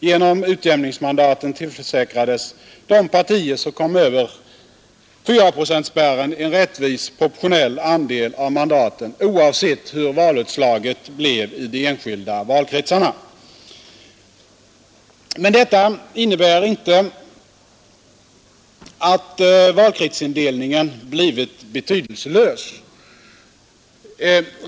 Genom utjämningsmandaten tillförsäkrades de partier som kom över fyraprocentspärren en rättvis propotionell andel av mandaten oavsett hur valutslaget blev i de enskilda valkretsarna. Men detta innebär inte att valkretsindelningen blivit betydelselös.